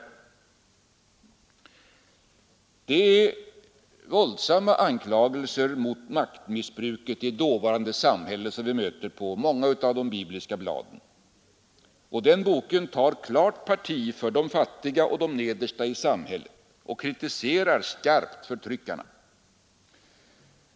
Det är våldsamma anklagelser mot maktmissbruket i det dåvarande samhället som vi möter på många av de bibliska bladen. Den boken tar klart parti för de fattiga och de nedersta i samhället och kritiserar skarpt förtryckarna.